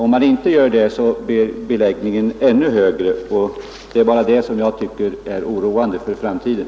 Om man inte gör det blir beläggningen ännu högre. Det är det jag tycker är oroande för framtiden.